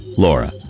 Laura